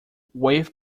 wave